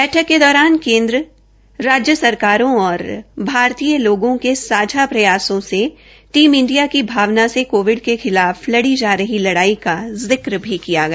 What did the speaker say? बैठक के दौरान केन्द्र राज्य सरकारों और भारतीय लोगों के सांझा प्रयासों से टीम इंडिया की भावना से कोविड के खिलाफ लड़ी जा रही लड़ाई का जिक्र भी किया गया